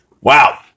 wow